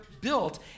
built